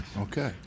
Okay